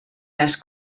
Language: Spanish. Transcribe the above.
las